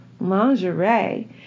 lingerie